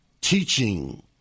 teaching